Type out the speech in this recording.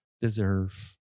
deserve